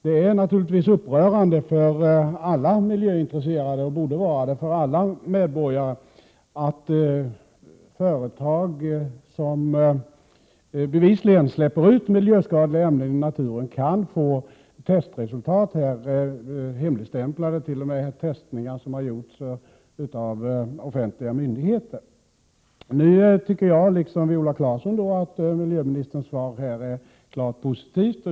Det är naturligtvis upprörande för alla miljöintresserade — och borde vara upprörande för alla medborgare — att företag som bevisligen släpper ut miljöskadliga ämnen i naturen kan få testresulten hemligstämplade, t.o.m. i fråga om testningar som har utförts av offentliga myndigheter. Jag tycker liksom Viola Claesson att miljöministerns svar är klart positivt.